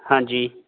ਹਾਂਜੀ